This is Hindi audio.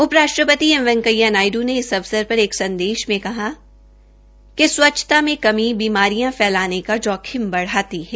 उप राष्ट्रपति एम वैकेंया नायड् ने इस अवसर पर एक संदेश में कहा है कि स्वच्छता में कमी बीमारियां फैलाने का जोखिम बढ़ाती है